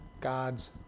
God's